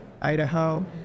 Idaho